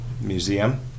museum